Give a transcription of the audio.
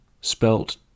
spelt